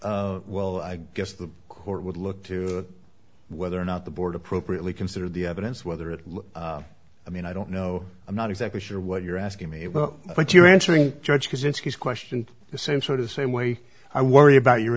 capricious well i guess the court would look to whether or not the board appropriately consider the evidence whether it i mean i don't know i'm not exactly sure what you're asking me well but you're answering judge kozinski question the same sort of same way i worry about your